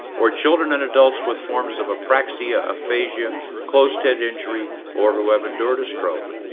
or children and adults with forms of apraxia aphasia closed head injury or who evan doherty stroke